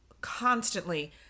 Constantly